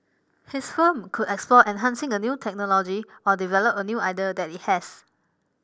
his firm could explore enhancing a new technology or develop a new idea that it has